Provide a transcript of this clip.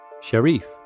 Sharif